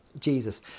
Jesus